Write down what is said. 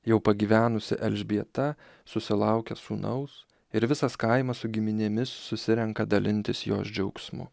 jau pagyvenusi elžbieta susilaukia sūnaus ir visas kaimas su giminėmis susirenka dalintis jos džiaugsmu